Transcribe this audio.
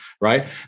right